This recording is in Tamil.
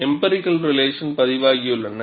empirical relation பதிவாகியுள்ளன